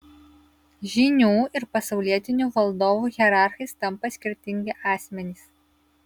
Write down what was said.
žynių ir pasaulietinių valdovų hierarchais tampa skirtingi asmenys